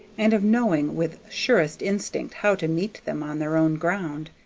and of knowing with surest instinct how to meet them on their own ground.